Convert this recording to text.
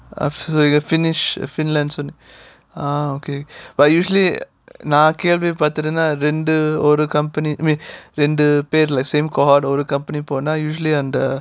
absolutely uh finnish finland சொன்னேன்:sonnaen ah okay but usually நான் கேள்விபட்டுருந்த ரெண்டு:naan kelvipatturuntha rendu older company I mean ரெண்டு பேர்ல:rendu perla pay like same cohort ஒரு:oru company போனா அந்த:ponaa antha usually and the uh